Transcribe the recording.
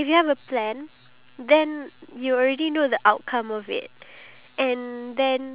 oh minion as in like the despicable me